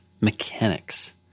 mechanics